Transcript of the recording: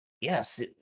Yes